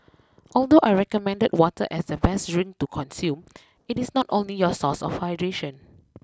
although I recommended water as the best drink to consume it is not only your source of hydration